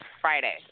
Friday